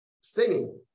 singing